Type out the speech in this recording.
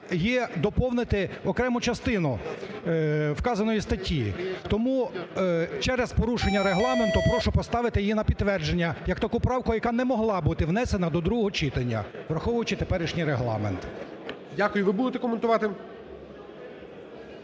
є: доповнити окрему частину вказаної статті. Тому через порушення Регламенту прошу поставити її на підтвердження як таку правку, яка не могла бути внесена до другого читання, враховуючи теперішній Регламент. ГОЛОВУЮЧИЙ. Дякую. Ви будете коментувати?